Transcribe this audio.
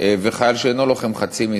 וחייל שאינו לוחם חצי מזה.